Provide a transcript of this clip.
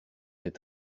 est